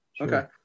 okay